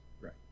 Right